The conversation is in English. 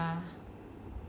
ya